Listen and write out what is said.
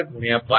80 1